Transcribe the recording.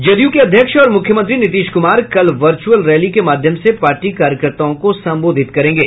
जदयू के अध्यक्ष और मुख्यमंत्री नीतीश कुमार कल वर्चुअल रैली के माध्यम से पार्टी कार्यकर्ताओं को संबोधित करेंगे